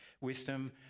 wisdom